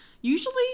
Usually